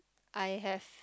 I have